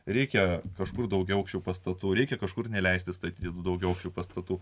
reikia kažkur daugiaaukščių pastatų reikia kažkur neleisti statyti daugiaaukščių pastatų